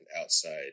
outside